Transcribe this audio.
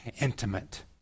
intimate